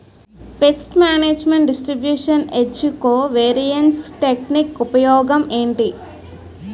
paste management distribution ఏజ్జి covariance technique ఉపయోగం ఏంటి